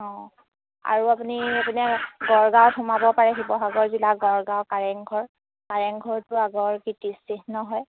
অঁ আৰু আপুনি এইনে গড়গাঁও সোমাব পাৰে শিৱসাগৰ জিলা গড়গাঁও কাৰেংঘৰ কাৰেংঘৰটো আগৰ কীৰ্তিচিহ্ন হয়